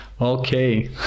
Okay